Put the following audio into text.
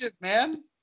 man